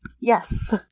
yes